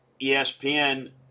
ESPN